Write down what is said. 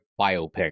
biopic